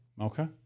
Okay